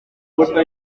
puerta